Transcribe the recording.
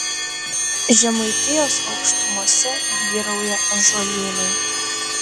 žemaitijos aukštumose vyrauja ąžuolynai